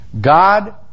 God